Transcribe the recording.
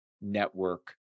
network